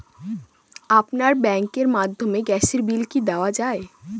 আপনার ব্যাংকের মাধ্যমে গ্যাসের বিল কি দেওয়া য়ায়?